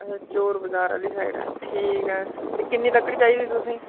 अच्छा चोर बजार आह्ली साइड ऐ ठीक ऐ ते किन्नी लक्कड़ी चाहिदी तुसें